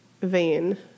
vein